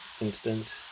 instance